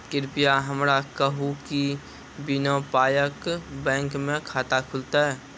कृपया हमरा कहू कि बिना पायक बैंक मे खाता खुलतै?